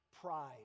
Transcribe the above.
pride